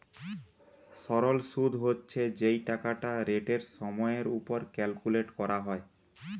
সরল শুদ হচ্ছে যেই টাকাটা রেটের সময়ের উপর ক্যালকুলেট করা হয়